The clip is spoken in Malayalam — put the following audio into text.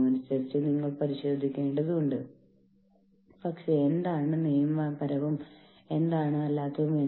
അവരെ പരിപാലിക്കാനും ആവശ്യമായ മാറ്റങ്ങൾ വരുത്താനും മാനേജ്മെന്റ് നിർബന്ധിതരാകുന്നു